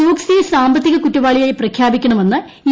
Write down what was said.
ചോക്സിയെ സാമ്പത്തിക കുറ്റവാളിയായി പ്രഖ്യാപിക്കണമെന്ന് ഇ